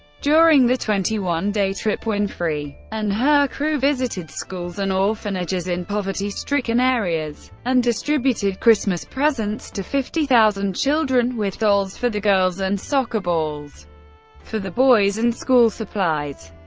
during the twenty one day trip, winfrey and her crew visited schools and orphanages in poverty-stricken areas, and distributed christmas presents to fifty thousand children, with dolls for the girls and soccer balls for the boys, and school supplies.